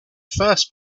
first